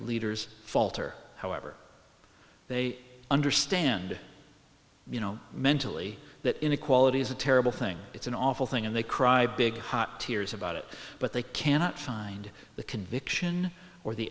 leaders falter however they understand you know mentally that inequality is a terrible thing it's an awful thing and they cry big hot tears about it but they cannot find the conviction or the